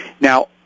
Now